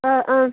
ꯑꯥ ꯑꯥ